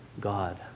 God